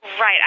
Right